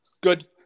Good